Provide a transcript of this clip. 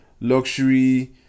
luxury